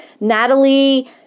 Natalie